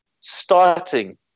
starting